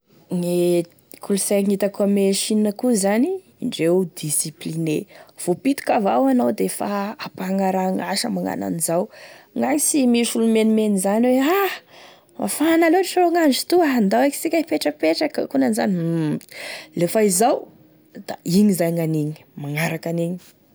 Gne kolosaine hitako ame Chine koa zany, indreo discipliné, vo pitiky avao anao defa ampagnarahagny asa magnano an'izao, gn'agny sy misy olo mimenimeny zao hoe ah mafana loatry ro gn'andro toa, andao eky asika hipetrapetraky akonan'izany, hum lefa izao da igny zany gn'anigny magnaraky an'igny.